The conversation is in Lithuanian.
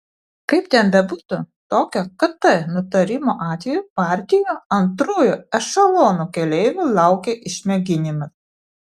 kaip ten bebūtų tokio kt nutarimo atveju partijų antrųjų ešelonų keleivių laukia išmėginimas